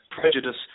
Prejudice